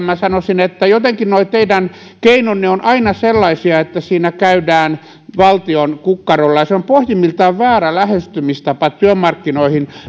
minä sanoisin että jotenkin nuo teidän keinonne ovat aina sellaisia että siinä käydään valtion kukkarolla ja se on pohjimmiltaan väärä lähestymistapa työmarkkinoihin